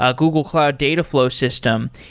ah google cloud dataflow system,